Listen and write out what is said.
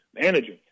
managing